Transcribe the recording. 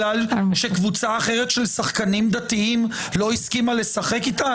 קבוצה אחרת של שחקנים דתיים לא הסכימה לשחק איתה?